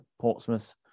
Portsmouth